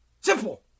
Simple